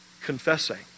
confessing